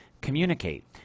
communicate